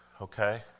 okay